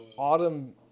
Autumn